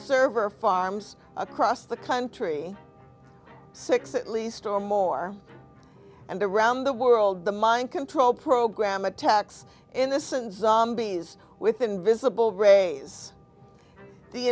server farms across the country six at least or more and around the world the mind control program attacks innocent zombies with invisible